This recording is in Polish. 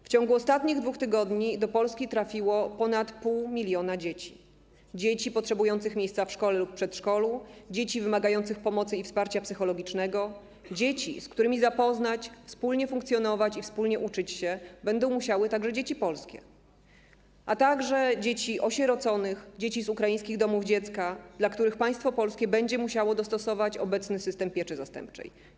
W ciągu ostatnich 2 tygodni do Polski trafiło ponad 0,5 mln dzieci, dzieci potrzebujących miejsca w szkole lub przedszkolu, dzieci wymagających pomocy i wsparcia psychologicznego, dzieci, z którymi zapoznać się, wspólnie funkcjonować i wspólnie uczyć się będą musiały także dzieci polskie, a także dzieci osieroconych, dzieci z ukraińskich domów dziecka, dla których państwo polskie będzie musiało dostosować obecny system pieczy zastępczej.